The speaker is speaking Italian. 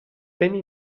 temi